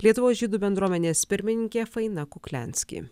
lietuvos žydų bendruomenės pirmininkė faina kukliansky